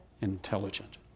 intelligent